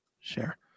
share